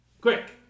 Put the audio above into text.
Quick